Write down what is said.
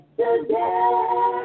today